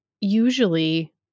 usually